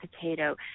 potato